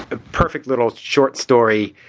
a perfect little short story,